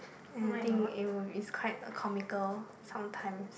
and I think it would it was quite comical sometimes